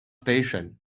station